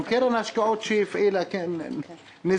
גם קרן ההשקעות שהפעילה נסגרה,